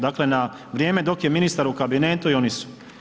Dakle, na vrijeme dok je ministar u kabinetu i oni su.